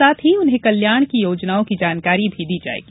साथ ही उन्हें कल्याण के योजनाओं की जानकारी भी दी जायेगी